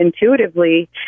intuitively